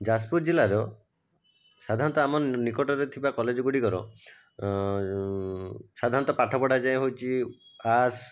ଯାଜପୁର ଜିଲ୍ଲାର ସାଧାରଣତଃ ଆମ ନିକଟରେ ଥିବା କଲେଜ ଗୁଡ଼ିକର ସାଧାରଣତଃ ପାଠପଢ଼ା ଯାଏ ହେଉଛି ଆର୍ଟସ